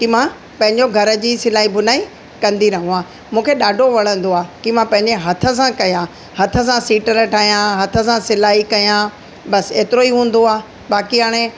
की मां पंहिंजो घर जी सिलाई बुनाई कंदी रहियां मूंखे ॾाढो वणंदो आहे की मां पंहिंजे हथ सां कयां हथ सां सीटर ठाहियां हथ सां सिलाई कयां बसि एतिरो ई हूंदो आहे बाक़ी हाणे